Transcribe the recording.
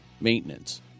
maintenance